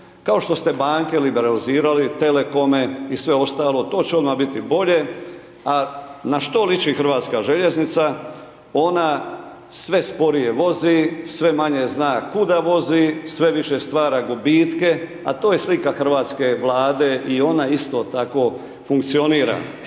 kao što ste banke liberalizirali, telekome, i sve ostalo, to će odmah biti bolje. A na što liči hrvatska željeznica, ona sve sporije vozi, sve manje zna kuda vozi, sve više stvara gubitke, a to je slika hrvatske vlade i ona isto tako funkcionira.